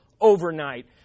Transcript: overnight